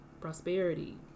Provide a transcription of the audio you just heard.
prosperity